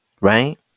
Right